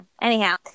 Anyhow